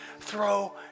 Throw